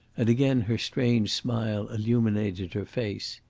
and again her strange smile illuminated her face.